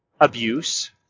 abuse